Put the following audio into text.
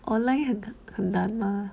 online 很很很难吗